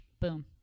boom